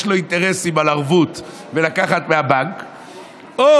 לו אינטרסים על ערבות ולקחת מהבנק או,